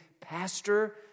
pastor